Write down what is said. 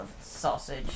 sausage